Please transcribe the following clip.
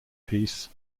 piece